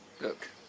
Look